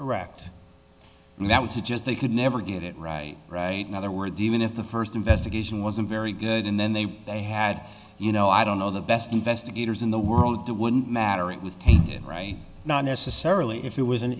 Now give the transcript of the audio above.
correct and that was it just they could never get it right right now their words even if the first investigation wasn't very good and then they they had you know i don't know the best investigators in the world that wouldn't matter it was tainted right not necessarily if it was an